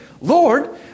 Lord